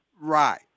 Right